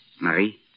Marie